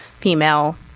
female